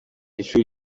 ishuri